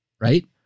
right